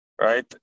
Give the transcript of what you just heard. right